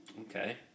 Okay